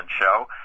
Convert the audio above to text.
show